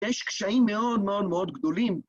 יש קשיים מאוד מאוד מאוד גדולים.